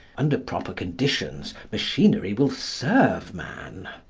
under proper conditions machinery will serve man.